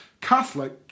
Catholic